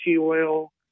oil